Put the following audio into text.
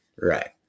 Right